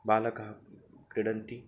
बालकः क्रीडति